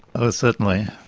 oh, certainly.